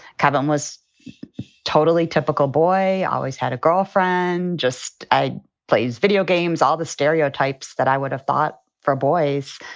kevin was totally typical boy. i always had a girlfriend just a plays, video games, all the stereotypes that i would have thought for boys.